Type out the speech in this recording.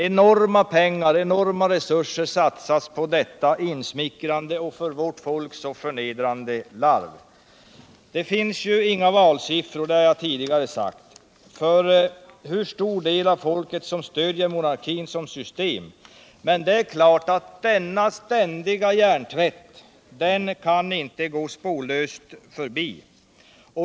Enorma pengar och resurser satsas på detta insmickrande och för vårt folk så förnedrande larv. Det finns inga valsiffror — det har jag tidigare sagt — som visar hur stor del av folket som stöder monarkin såsom system. Men denna ständiga hjärntvätt kan givetvis inte gå spårlöst förbi.